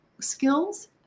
skills